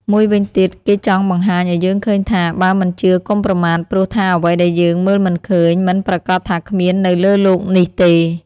មួយវិញទៀតគេចង់បង្ហាញឲ្យយើងឃើញថា បើមិនជឿកុំប្រមាថ ព្រោះថាអ្វីដែលយើងមើលមិនឃើញ មិនប្រាកដថាគ្មាននៅលើលោកនេះទេ។